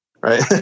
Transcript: right